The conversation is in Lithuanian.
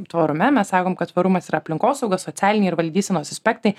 tvarume mes sakom kad tvarumas ir aplinkosauga socialiniai ir valdysenos aspektai